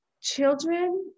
children